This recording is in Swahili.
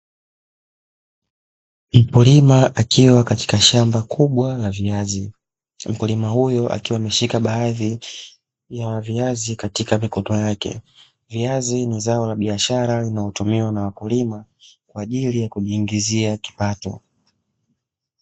Mkulima akiwa katika shamba kubwa la viazi. Mkulima huyu akiwa ameshika baadhi ya viazi katika mikono yake. Viazi ni zao la biashara linalo tumiwa na wakulima kwaajili ya kujiingizia kipato